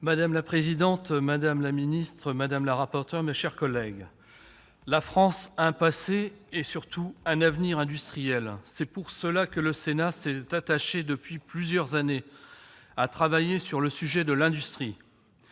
Madame la présidente, madame la secrétaire d'État, mes chers collègues, la France a un passé industriel et, surtout, un avenir industriel. C'est pour cette raison que le Sénat s'est attaché depuis plusieurs années à travailler sur le sujet de l'industrie.